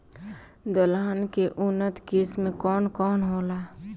दलहन के उन्नत किस्म कौन कौनहोला?